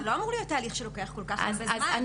אבל זה לא אמור להיות תהליך שלוקח כל כך הרבה זמן.